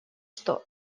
что